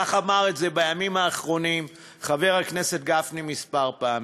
אמר את זה בימים האחרונים חבר הכנסת גפני כמה פעמים.